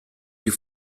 più